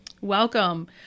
Welcome